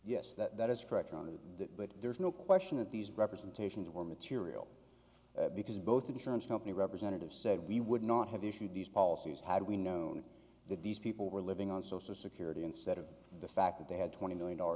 rather than that but there is no question that these representations or material because both insurance company representative said we would not have issued these policies had we known that these people were living on social security instead of the fact that they had twenty million dollar